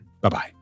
Bye-bye